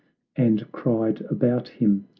and cried about him,